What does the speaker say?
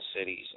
Cities